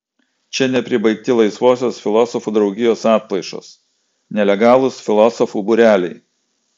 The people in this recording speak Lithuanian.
čia nepribaigti laisvosios filosofų draugijos atplaišos nelegalūs filosofų būreliai